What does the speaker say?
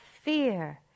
fear